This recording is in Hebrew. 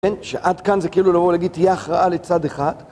שעד כאן זה כאילו לבוא ולהגיד תהיה הכרעה לצד אחד.